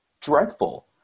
dreadful